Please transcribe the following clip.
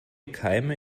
keime